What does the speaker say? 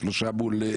שהובלתם ב-3.